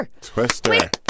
Twister